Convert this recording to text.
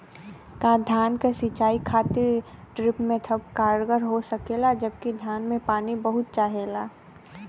का धान क सिंचाई खातिर ड्रिप मेथड कारगर हो सकेला जबकि धान के पानी बहुत चाहेला?